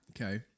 Okay